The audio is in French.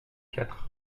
quatre